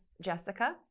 Jessica